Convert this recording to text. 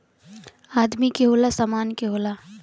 आदमी के होला, सामान के होला